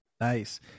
Nice